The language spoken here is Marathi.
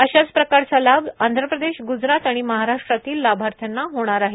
अशाच प्रकारचा लाभ आंध प्रदेश गुजरात आणि महाराष्ट्रातील लाभाथ्र्यांना होणार आहे